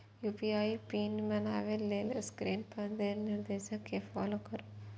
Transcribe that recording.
UPI pin बनबै लेल screen पर देल निर्देश कें फॉलो करू